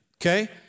okay